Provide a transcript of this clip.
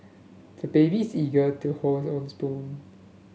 the baby is eager to hold his own spoon